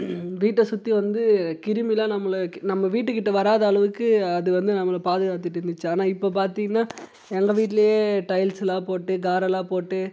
வீட்டை சுற்றி வந்து கிருமியெலாம் நம்ள நம்ம வீட்டுக்கிட்ட வராத அளவுக்கு அது வந்து நம்மளை பாதுகாத்துட்டு இருந்திச்சு ஆனால் இப்போ பார்த்திங்கனா எங்கள் வீட்லேயே டைல்ஸ் எல்லாம் போட்டு காரெல்லாம் போட்டு